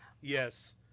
Yes